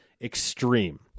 extreme